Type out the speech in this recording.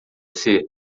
ser